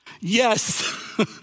Yes